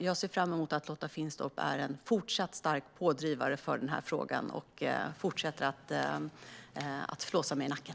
Jag ser fram emot att Lotta Finstorp fortsatt är en stark pådrivare av frågan och att hon fortsätter att flåsa mig i nacken.